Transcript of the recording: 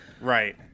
Right